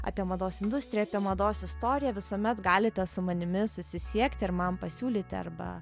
apie mados industriją apie mados istoriją visuomet galite su manimi susisiekti ir man pasiūlyti arba